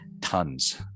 tons